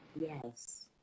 Yes